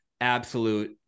absolute